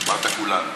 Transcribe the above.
אמרת: כולנו.